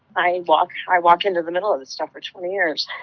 i walk i walk into the middle of the suffrage for years,